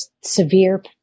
severe